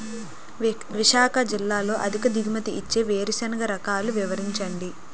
విశాఖ జిల్లాలో అధిక దిగుమతి ఇచ్చే వేరుసెనగ రకాలు వివరించండి?